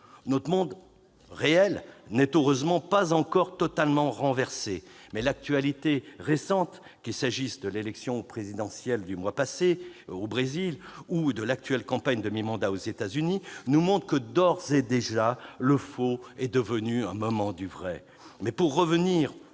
Notre monde réel n'est heureusement pas encore totalement renversé, mais l'actualité récente, qu'il s'agisse de l'élection présidentielle au Brésil ou de la campagne de mi-mandat aux États-Unis, nous montre que, d'ores et déjà, le faux est devenu un moment du vrai.